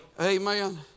Amen